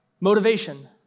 Motivation